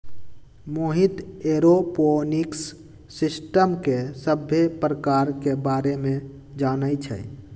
Mohit aeroponics system के सभ्भे परकार के बारे मे जानई छई